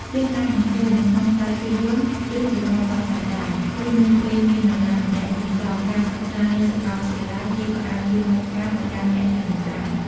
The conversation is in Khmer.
យើងអាចនឹងឃើញ នៅក្នុងខ្សែភាពយន្ត ឬ ប្រព័ន្ធផ្សព្វផ្សាយដែរ គឺនៅពេលមាននរណាម្នាក់បញ្ចប់ការសិក្សានៅសកលវិទ្យាល័យ គេក៏អាចជូនបាច់ផ្កាទៅកាន់អ្នកទាំងនោះដែរ។